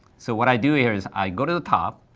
so what i do here is i go to the top,